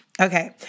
okay